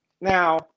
now